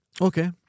Okay